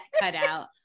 cutout